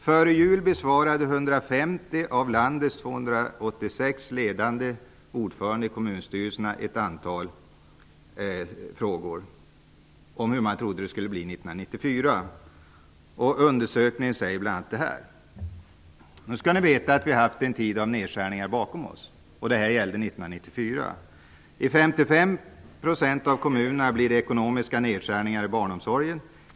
Före jul besvarade 150 av landets 286 ledande ordförande i kommunstyrelserna ett antal frågor om hur de trodde att det skulle bli 1994. Av undersökningen framgår bl.a. följande. Kommunerna har haft en tid av nedskärningar bakom sig. Undersökningen gäller 1994. I 55 % av kommunerna blir det ekonomiska nedskärningar i barnomsorgen.